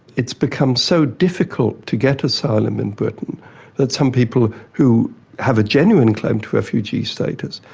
it's become so difficult to get asylum in britain that some people who have a genuine claim to refugee status,